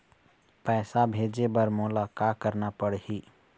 पैसा भेजे बर मोला का करना पड़ही?